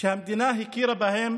שהמדינה הכירה בהם